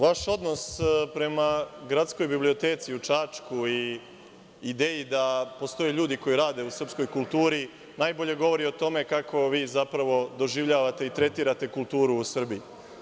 Vaš odnos prema Gradskoj biblioteci u Čačku i ideji da postoje ljudi koji rade u srpskoj kulturi, najbolje o tome kako vi, zapravo doživljavate i tretirate kulturu u Srbiji.